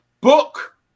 Book